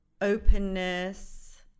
openness